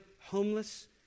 homeless